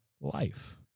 life